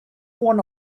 one